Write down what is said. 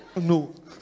No